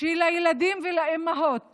שלילדים ולאימהות